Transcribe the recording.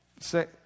say